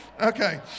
okay